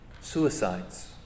Suicides